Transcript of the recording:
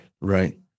right